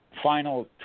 Final